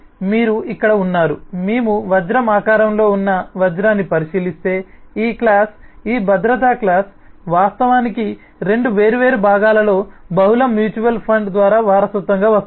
మీరు ఇక్కడ ఉన్నారు మేము వజ్రం ఆకారంలో ఉన్న వజ్రాన్ని పరిశీలిస్తే ఈక్లాస్ ఈ భద్రతాక్లాస్ వాస్తవానికి రెండు వేర్వేరు భాగాలలో బహుళ మ్యూచువల్ ఫండ్ ద్వారా వారసత్వంగా వస్తుంది